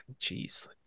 jeez